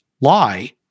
lie